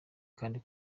kandi